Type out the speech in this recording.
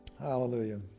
Hallelujah